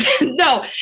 No